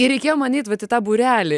ir reikėjo man eit vat į tą būrelį